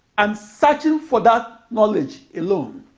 and searching for that knowledge alone.